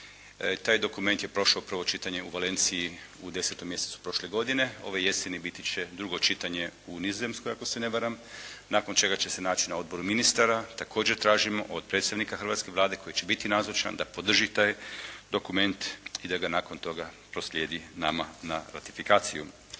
Taj dokument je prošao prvo čitanje u Valenciji u 10. mjesecu prošle godine, ove jeseni biti će drugo čitanje u Nizozemskoj ako se ne varam nakon čega će se naći na Odboru ministara, također tražimo od predstavnika hrvatske Vlade koji će biti nazočan da podrži taj dokument i da ga nakon toga proslijedi nama na ratifikaciju.